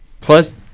plus